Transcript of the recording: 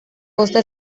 costa